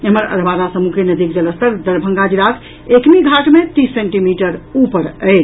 एम्हर अधवारा समूह के नदीक जलस्तर दरभंगा जिलाक एकमीघाट मे तीस सेंटीमीटर ऊपर अछि